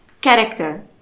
character